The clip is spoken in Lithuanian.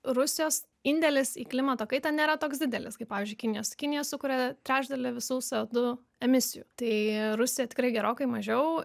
rusijos indėlis į klimato kaitą nėra toks didelis kaip pavyzdžiui kinijos kinija sukuria trečdalį visų co du emisijų tai rusija tikrai gerokai mažiau